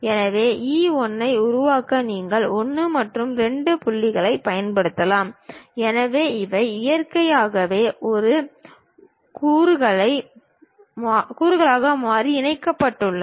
எனவே E 1 ஐ உருவாக்க நீங்கள் 1 மற்றும் 2 புள்ளிகளைப் பயன்படுத்தலாம் எனவே இவை இயற்கையாகவே ஒரு கூர்மையான மாறியாக இணைக்கப்பட்டுள்ளன